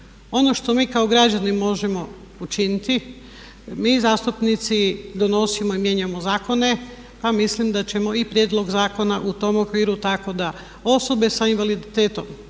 Ono što mi kao građani možemo učiniti mi zastupnici donosimo i mijenjamo zakone pa mislim da ćemo i prijedlog zakona u tom okviru tako da osobe sa invaliditetom